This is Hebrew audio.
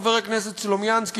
חבר הכנסת סלומינסקי,